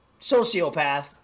sociopath